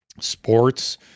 sports